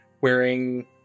wearing